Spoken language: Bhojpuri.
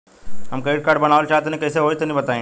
हम क्रेडिट कार्ड बनवावल चाह तनि कइसे होई तनि बताई?